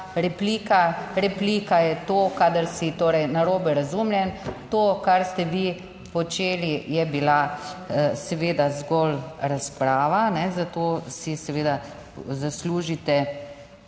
Replika je to, kadar si torej narobe razumljen. To kar ste vi počeli je bila seveda zgolj razprava, zato si seveda zaslužite